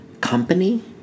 company